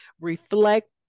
reflect